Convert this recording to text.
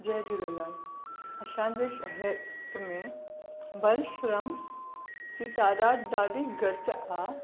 जय झूलेलाल असांजे शहर में बलश्रम जी तादादु ॾाढी घटि आहे